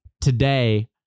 today